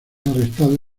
arrestado